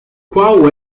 qual